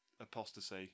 apostasy